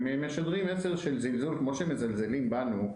הם משדרים מסר של זלזול, כפי שהם מזלזלים בנו.